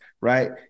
right